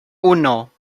uno